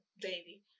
baby